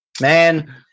Man